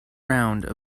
round